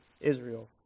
Israel